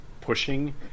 pushing